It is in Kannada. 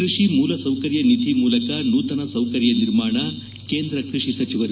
ಕೃಷಿ ಮೂಲ ಸೌಕರ್ಯ ನಿಧಿ ಮೂಲಕ ನೂತನ ಸೌಕರ್ಯ ನಿರ್ಮಾಣ ಕೇಂದ್ರ ಕೃಷಿ ಸಚಿವರು